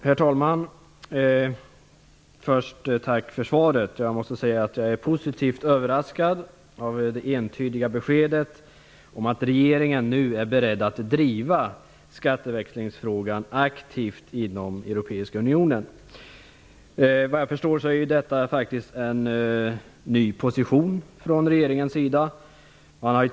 Herr talman! Först vill jag tacka för svaret. Jag måste säga att jag är positivt överraskad över det entydiga beskedet att regeringen nu är beredd att driva skatteväxlingsfrågan aktivt inom Europeiska unionen. Såvitt jag förstår är detta faktiskt en ny position från regeringens sida.